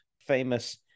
famous